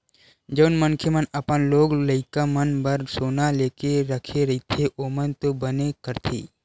जउन मनखे मन अपन लोग लइका मन बर सोना लेके रखे रहिथे ओमन तो बने करथे